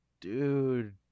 Dude